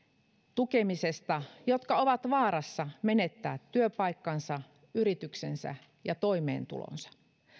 tukemisesta jotka ovat vaarassa menettää työpaikkansa yrityksensä ja toimeentulonsa